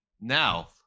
Now